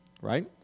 right